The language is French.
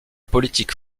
politique